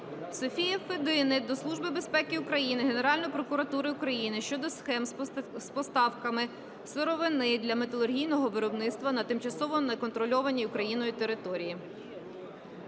Софії Федини до Служби безпеки України, Генеральної прокуратури України щодо схем з поставками сировини для металургійного виробництва на тимчасово неконтрольованій Україною території.